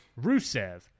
Rusev